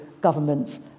government's